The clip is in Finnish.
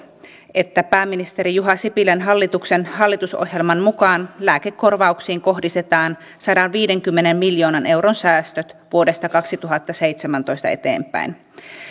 että pääministeri juha sipilän hallituksen hallitusohjelman mukaan lääkekorvauksiin kohdistetaan sadanviidenkymmenen miljoonan euron säästöt vuodesta kaksituhattaseitsemäntoista eteenpäin